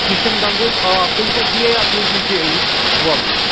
کِشَن گنگہٕ ہُک آب تٔمۍ سۭتۍ ہُرییہ بیوٗٹی کیٚنہہ اَمہِ وَلرٕچ